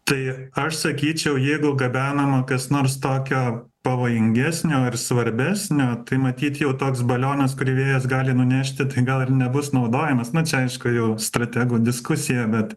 tai aš sakyčiau jeigu gabenama kas nors tokio pavojingesnio ir svarbesnio tai matyt jau toks balionas kurį vėjas gali nunešti tai gal ir nebus naudojamas na čia jau aišku strategų diskusija bet